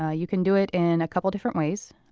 ah you can do it in a couple different ways.